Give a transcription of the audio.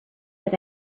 that